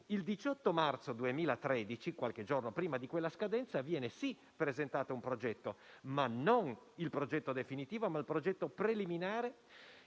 Il 18 marzo 2013, qualche giorno prima di quella scadenza, viene - sì - presentato un progetto, ma non quello definitivo, bensì preliminare